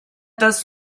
das